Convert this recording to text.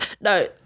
No